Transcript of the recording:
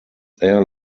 air